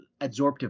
adsorptive